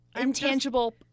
intangible